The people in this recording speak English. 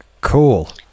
Cool